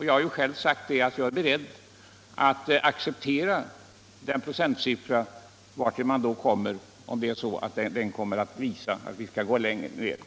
Jag har själv sagt att jag är beredd att acceptera den procentsiffra som man då kan komma fram till, även om utvärderingen skulle visa att vi bör sänka procenthalten.